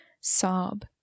sob